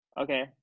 Okay